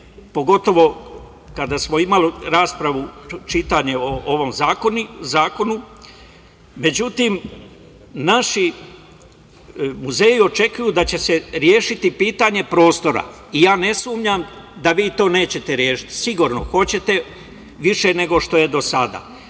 pogotovo kada smo imali raspravu, čitanje o ovom zakonu. Međutim, naši muzeji očekuju da će se rešiti pitanje prostora i ja ne sumnjam da vi to nećete rešiti. Sigurno hoćete, više nego što je do